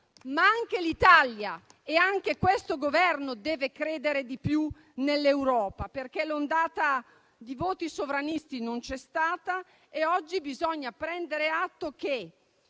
Anche l'Italia e anche questo Governo devono credere però di più nell'Europa, perché l'ondata di voti sovranisti non c'è stata e oggi bisogna prendere atto che